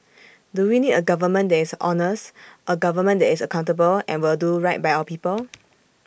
do we need A government that is honest A government that is accountable and will do right by our people